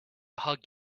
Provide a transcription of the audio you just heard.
hug